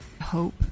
Hope